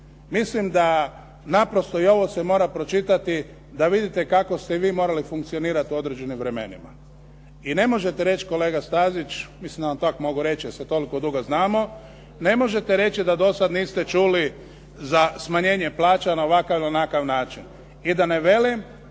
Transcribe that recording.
mislim da naprosto i ovo se mora pročitati da vidite kako ste i vi morali funkcionirati u određenim vremenima. I ne možete reći kolega Stazić, mislim da vam tako mogu reći, jer se toliko dugo znamo, ne možete reći da do sada niste čuli za smanjenje plaća na ovakav ili onakav način. I da ne velim